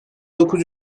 dokuz